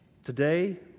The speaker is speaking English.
Today